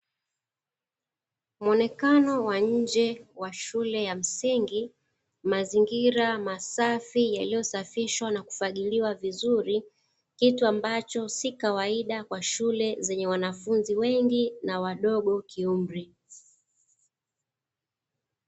Muonekano wa nje wa shule ya msingi mazingira masafi yaliyosafishwa na kufagiliwa vizuri, kitu ambacho si kawaida kwa shule zenye wanafunzi wengi na wadogo kiumri.